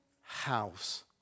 house